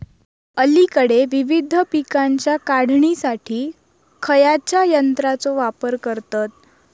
अलीकडे विविध पीकांच्या काढणीसाठी खयाच्या यंत्राचो वापर करतत?